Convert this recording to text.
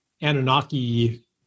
Anunnaki